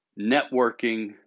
networking